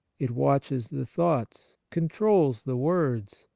it watches the thoughts, controls the words,